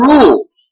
rules